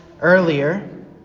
earlier